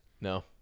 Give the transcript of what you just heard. no